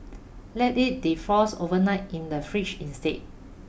let it defrost overnight in the fridge instead